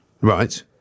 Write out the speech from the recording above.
Right